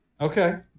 Okay